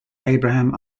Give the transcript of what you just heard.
abraham